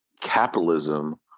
capitalism